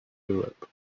europe